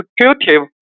executive